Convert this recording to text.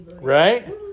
Right